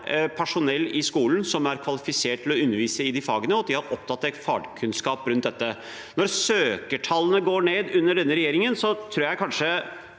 personell i skolen som er kvalifisert til å undervise i fagene, og at de har oppdatert fagkunnskap. Når søkertallene går ned under denne regjeringen, tror jeg kanskje